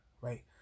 right